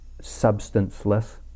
substanceless